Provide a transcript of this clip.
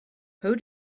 who